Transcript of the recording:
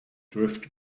drift